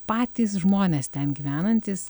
patys žmonės ten gyvenantys